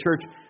church